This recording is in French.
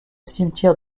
cimetière